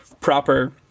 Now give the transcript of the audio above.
proper